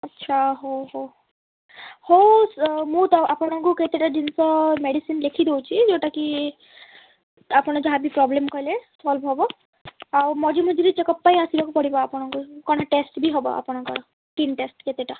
ଆଚ୍ଛା ହଉ ହଉ ହଉ ମୁଁ ତ ଆପଣଙ୍କୁ କେତେଟା ଜିନିଷ ମେଡ଼ିସିନ୍ ଲେଖି ଦେଉଛି ଯେଉଁଟା କି ଆପଣ ଯାହା ବି ପ୍ରୋବ୍ଲେମ୍ କହିଲେ ସଲ୍ଭ୍ ହବ ଆଉ ମଝି ମଝିରେ ଚେକ୍ଅପ୍ ପାଇଁ ଆସିବାକୁ ପଡ଼ିବ ଆପଣଙ୍କୁ କ'ଣ ଟେଷ୍ଟ୍ ବି ହବ ଆପଣଙ୍କର ସ୍କିନ୍ ଟେଷ୍ଟ୍ କେତେଟା